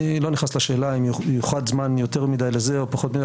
אני לא נכנס לשאלה האם יוחד זמן יותר מדי לזה או פחות מדי.